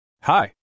Hi